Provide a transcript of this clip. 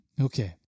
Okay